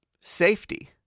safety